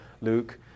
Luke